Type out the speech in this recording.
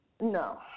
No